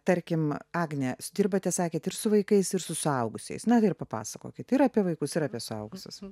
tarkim agne jūs dirbate sakėt ir su vaikais ir su suaugusiais na tai ir papasakokit ir apie vaikus ir apie suaugusius